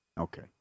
Okay